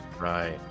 Right